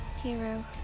Hero